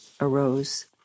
arose